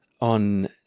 on